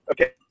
Okay